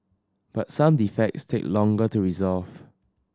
but some defects take longer to resolve